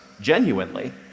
genuinely